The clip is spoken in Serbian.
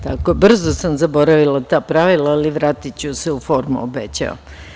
Tako brzo sam zaboravila ta pravila, ali vratiću se u formu obećavam.